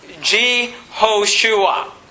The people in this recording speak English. Jehoshua